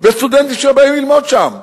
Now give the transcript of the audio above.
וסטודנטים שבאים ללמוד שם.